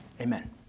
amen